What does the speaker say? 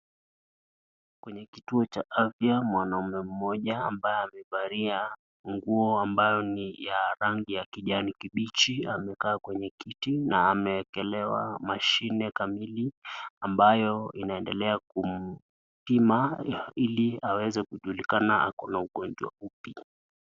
Kwenye kituo cha afya, mwanaume mmoja ambaye amevalia nguo ambayo ni ya rangi ya kijani kibichi amekaa kwenye kiti na ameekelewa mashine kamili ambayo inaendelea kumpima ili aweze kujulikana akona ugonjwa upi.